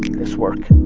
this worked.